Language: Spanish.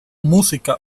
música